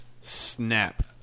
snap